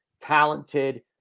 talented